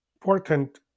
important